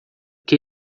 que